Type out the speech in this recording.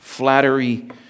Flattery